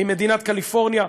עם מדינת קליפורניה,